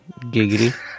Giggity